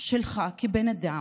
שלך כבן אדם,